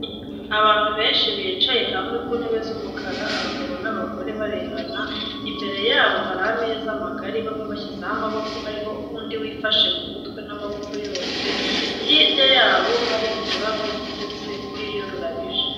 Abantu benshi bicaye hamwe ku ntebe z'umukara, abagabo n'abagore barebana, imbere yabo hari ameza magari bamwe bashyizeho amaboko, hariho undi wifashe mu mutwe n'amaboko yose, hirya yabo hari ururabo ruteretse kuri yo rurabije.